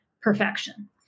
perfection